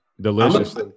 Delicious